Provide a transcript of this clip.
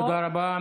תודה רבה.